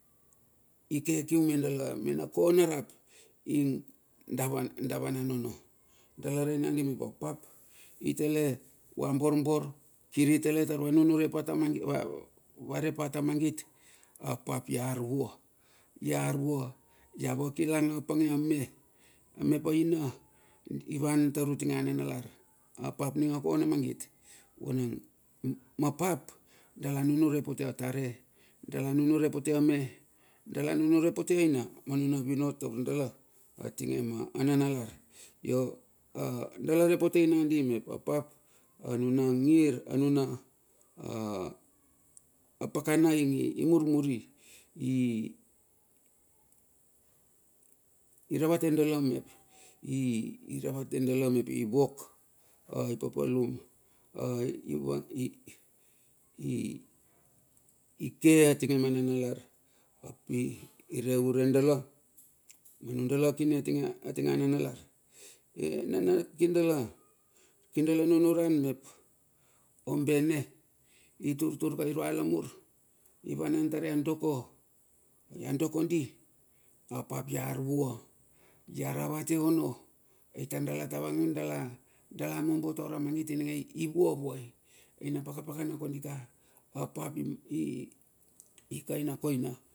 Ike kium dala mena kona rap ing da vanan ono, dala rei nandi mep a pap i tale va borbor, kiri tale tar va nunure pa ta mangit, vare pa ta mangit, apap iar vua, iar vua, ia vakilang a pange ame, mep aina ivan tar utinge a nanalar, a pap ninga kona mangit. Ma pap, dala nunure pote a tare, dala nunure pote ame, dala nunure pote aina, manuna vinot taur dala, atinge ma nanalar. Io a dala re potei nandi mep apap, anuna ngir anuna apakana imurmuri, iravate dala mepi. iravate dala mepi vok a ipapalum. i ke atinge ma nanalar, ap ire ure dala manu dala kine atinge a nanalar. Nana kir dala nunuran mep ombene i tur tur ka irua lamur ivanan tar ia doko, ia doko, di apap ia ravate ono. Aitar dala tavangun dala mombo tar a mangit ininge i vuavua i. Aii na paka pakana kondika, apap ikaina koina.